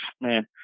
man